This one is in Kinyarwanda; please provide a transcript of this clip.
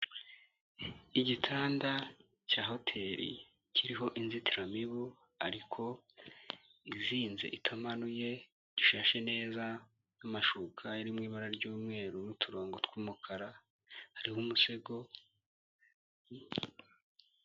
Igitanda cya hoteri kiriho inzitiramibu, ariko izinze itamanuye, ishashe neza n'amashuka ari mu ibara ry'umweru, n'uturongo tw'umukara, hari umusego.